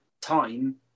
time